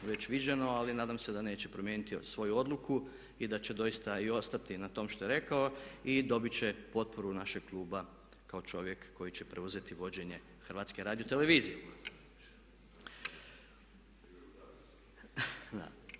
Već viđeno ali nadam se da neće promijeniti svoju odluku i da će doista i ostati na tom što je rekao i dobit će potporu našeg kluba kao čovjek koji će preuzeti vođenje HRT-a.